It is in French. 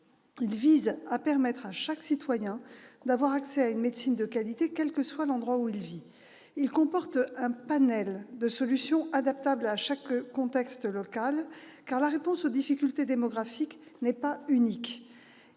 plan vise à permettre à chaque citoyen d'avoir accès à une médecine de qualité, quel que soit l'endroit où il vit. Il comporte un panel de solutions adaptables à chaque contexte local, car la réponse aux difficultés démographiques n'est pas unique.